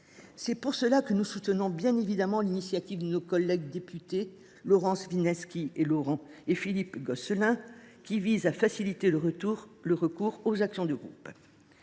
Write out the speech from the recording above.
C’est pourquoi nous soutenons, bien évidemment, l’initiative de nos collègues députés Laurence Vichnievsky et Philippe Gosselin, qui vise à faciliter le recours aux actions de groupe.